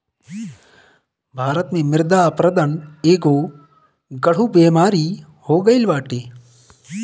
भारत में मृदा अपरदन एगो गढ़ु बेमारी हो गईल बाटे